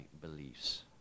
beliefs